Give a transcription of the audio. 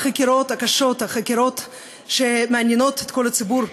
החקירות הקשות, החקירות שמעניינות את כל הציבור,